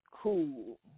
cool